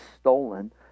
stolen